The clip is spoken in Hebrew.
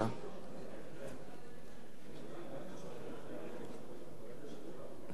כן, בבקשה.